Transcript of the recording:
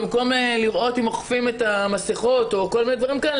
מקום לראות אם אוכפים את המסכות או כל מיני דברים כאלה,